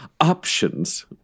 options